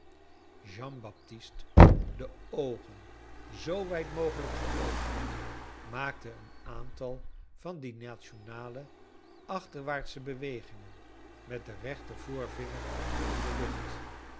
jean baptist de oogen zoo wijd i mogelijk geopend maakte een aan tal van die nationale achterwaartsche bewegingen met den rechter i voorvinger in de lucht